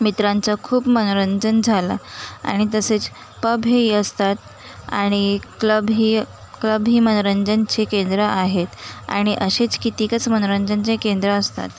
मित्रांचं खूप मनोरंजन झालं आणि तसेच पब हेही असतात आणि क्लबही क्लबही मनोरंजनाचे केंद्र आहेत आणि असेच कितीकच मनोरंजनाचे केंद्र असतात